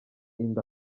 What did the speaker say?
inda